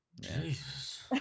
Jesus